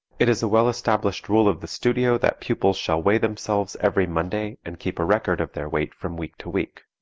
it is a well established rule of the studio that pupils shall weigh themselves every monday and keep a record of their weight from week to week.